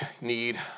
need